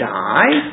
die